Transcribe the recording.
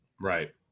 Right